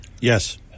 Yes